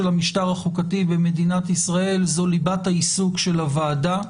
המשטר החוקתי במדינת ישראל זו ליבת העיסוק של הוועדה,